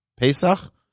Pesach